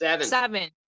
Seven